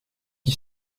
qui